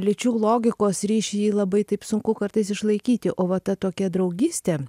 lyčių logikos ryšį labai taip sunku kartais išlaikyti o va ta tokia draugystė